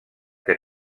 que